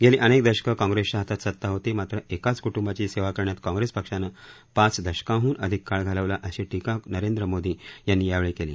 गेली अनेक दशकं काँग्रेसच्या हातात सता होती मात्र एकाच क्टुंबाची सेवा करण्यात काँग्रेस पक्षानं पाच दशकांहन अधिक काळ घालवला अशी टीका नरेंद्र मोदी यांनी यावेळी केली